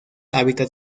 hábitat